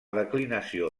declinació